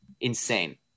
insane